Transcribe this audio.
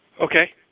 Okay